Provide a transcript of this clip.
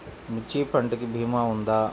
మిర్చి పంటకి భీమా ఉందా?